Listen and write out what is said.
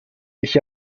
ich